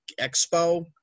Expo